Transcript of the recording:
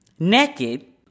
Naked